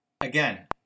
Again